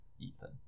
Ethan